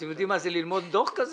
אתם יודעים מה זה ללמוד דוח כזה?